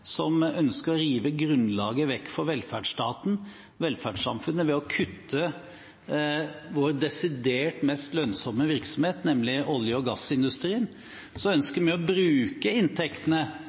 som ønsker å rive grunnlaget vekk for velferdsstaten, velferdssamfunnet, ved å kutte vår desidert mest lønnsomme virksomhet, nemlig olje- og gassindustrien, ønsker vi å bruke inntektene